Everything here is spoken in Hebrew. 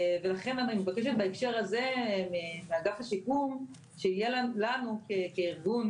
ולכן אני מבקשת בהקשר הזה מוועדת השיקום שיהיה לנו כארגון